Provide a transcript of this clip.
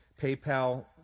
PayPal